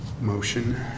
motion